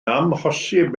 amhosib